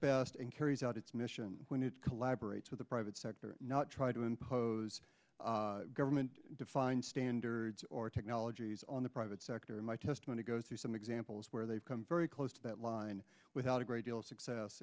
best and carries out its mission when it collaborate to the private sector not try to impose government defined standards or technologies on the private sector my testimony goes through some examples where they've come very close to that line without a great deal of success